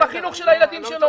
עם החינוך של הילדים שלו,